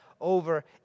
over